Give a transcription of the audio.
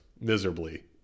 miserably